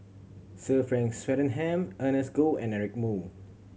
Sir Frank Swettenham Ernest Goh and Eric Moo